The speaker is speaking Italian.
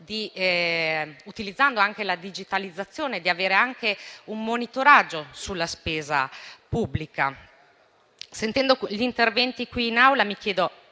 utilizzando la digitalizzazione e cercando di avere un monitoraggio della spesa pubblica. Sentendo gli interventi qui in Aula, mi chiedo